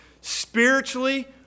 spiritually